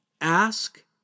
Ask